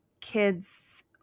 kids